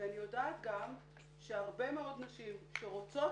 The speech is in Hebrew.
אני יודעת גם שהרבה מאוד נשים שרוצות